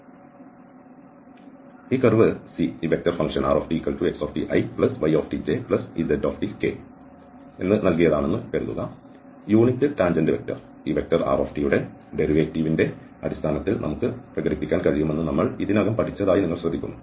അതിനാൽ ഈ curve C ഈ വെക്റ്റർ ഫംഗ്ഷൻ rtxtiytjztk നൽകിയതാണെന്ന് കരുതുക യൂണിറ്റ് ടാൻജന്റ് വെക്റ്റർ ഈ rt യുടെ ഡെറിവേറ്റീവിന്റെ അടിസ്ഥാനത്തിൽ നമുക്ക് പ്രകടിപ്പിക്കാൻ കഴിയുമെന്ന് നമ്മൾ ഇതിനകം പഠിച്ചതായി നിങ്ങൾ ശ്രദ്ധിക്കുന്നു